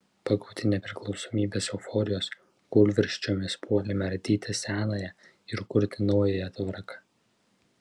pagauti nepriklausomybės euforijos kūlvirsčiomis puolėme ardyti senąją ir kurti naująją tvarką